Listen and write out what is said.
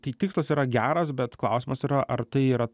tai tikslas yra geras bet klausimas ar tai yra